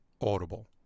Audible